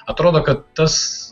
atrodo kad tas